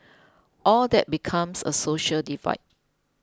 all that becomes a social divide